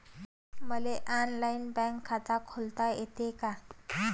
मले online bank खात खोलता येते का?